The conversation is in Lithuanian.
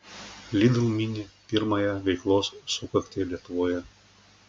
lidl mini pirmąją veiklos sukaktį lietuvoje